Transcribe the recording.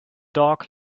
dog